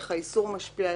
איך האיסור משפיע,